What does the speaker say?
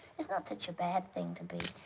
it's not such a bad thing to be.